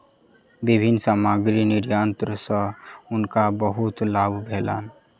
विभिन्न सामग्री निर्यात सॅ हुनका बहुत लाभ भेलैन